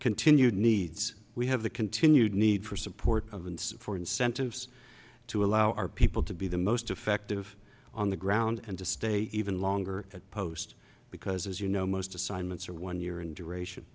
continue needs we have the continued need for support for incentives to allow our people to be the most effective on the ground and to stay even longer post because as you no most assignments are one year in duration